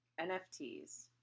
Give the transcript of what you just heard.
NFTs